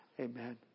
Amen